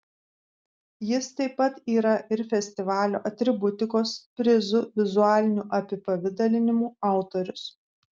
jis taip pat yra ir festivalio atributikos prizų vizualinių apipavidalinimų autorius